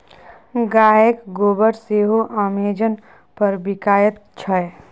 गायक गोबर सेहो अमेजन पर बिकायत छै